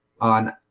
on